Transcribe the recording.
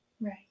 Right